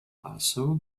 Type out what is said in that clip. also